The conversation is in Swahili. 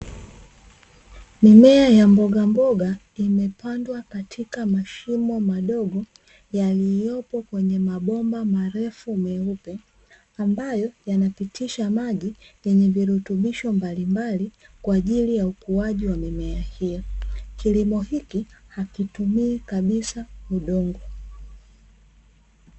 Mimea ya mbogamboga imepandwa katika mashimo madogo yaliyopo kwenye mabomba marefu maupe ambayo yanapitisha maji yenye virutubisho mbalimbali kwa ajili ya ukuaji wa mimea hiyo. Kilimo hiki hakitumii kabisa udongo.